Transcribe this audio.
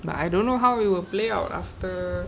but I don't know how it will play out after